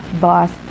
boss